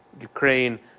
Ukraine